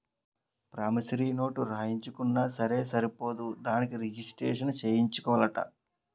promissory note రాయించుకున్నా సరే సరిపోదు దానిని రిజిస్ట్రేషను సేయించాలట